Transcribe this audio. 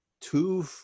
two